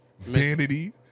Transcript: Vanity